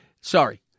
sorry